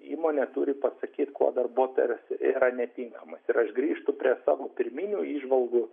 įmonė turi pasakyt kuo darbuotojas yra netinkamas ir aš grįžtu prie savo pirminių įžvalgų